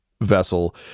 vessel